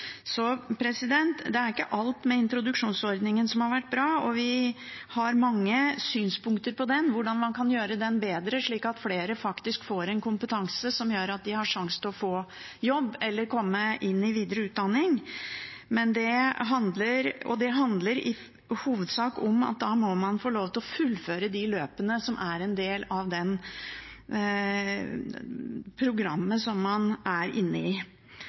Det er ikke alt ved introduksjonsordningen som har vært bra, og vi har mange synspunkter om hvordan man kan gjøre den bedre, slik at flere faktisk får en kompetanse som gjør at de har en sjanse til å få jobb eller komme inn i videre utdanning. Det handler i hovedsak om at man må få lov til å fullføre de løpene som er en del av programmet man er inne i.